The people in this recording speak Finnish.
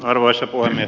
arvoisa puhemies